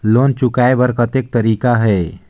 Loan चुकाय कर कतेक तरीका है?